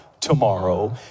tomorrow